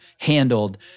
handled